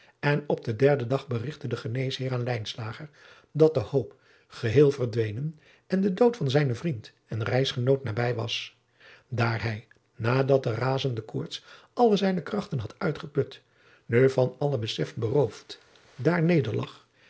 en op den derden dag berigtte de geneesheer aan lijnslager dat de hoop geheel verdwenen en de dood van zijnen vriend en reisgenoot nabij was daar hij nadat de razende koorts alle zijne krachten had uitgeput nu van allen besef beroofd daar neder